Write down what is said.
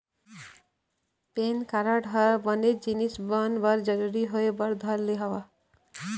PAN card ह बनेच जिनिस मन बर जरुरी होय बर धर ले हवय